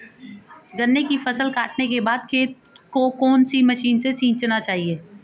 गन्ने की फसल काटने के बाद खेत को कौन सी मशीन से सींचना चाहिये?